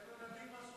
ידליק משואה.